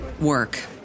work